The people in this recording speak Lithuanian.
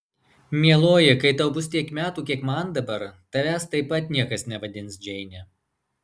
mieloji kai tau bus tiek metų kiek man dabar tavęs taip pat niekas nevadins džeine